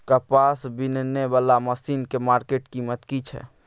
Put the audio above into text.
कपास बीनने वाला मसीन के मार्केट कीमत की छै?